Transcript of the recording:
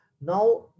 now